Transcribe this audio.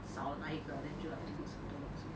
少了哪一个 then 就 like loss 很多东西